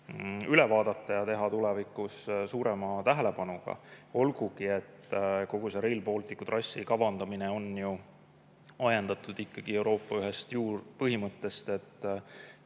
üle vaadata ja nendega tulevikus tegelda suurema tähelepanuga. Olgugi et kogu see Rail Balticu trassi kavandamine on ju ajendatud ikkagi Euroopa ühest juurpõhimõttest, et